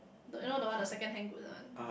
do you know the second hand good one